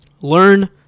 Learn